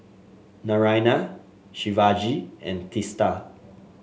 Naraina Shivaji and Teesta